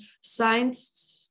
science